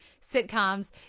sitcoms